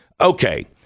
Okay